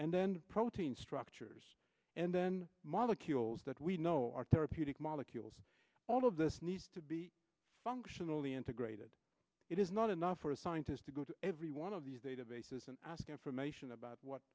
and then protein structures and then molecules that we know are therapeutic molecules all of this needs to be functionally integrated it is not enough for a scientist to go to every one of these databases and ask information about what